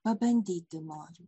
pabandyti noriu